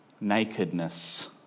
nakedness